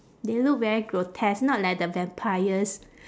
they look very grotesque not like the vampires